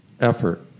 effort